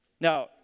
Now